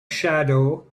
shadow